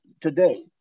today